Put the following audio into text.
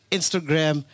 Instagram